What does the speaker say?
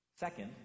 Second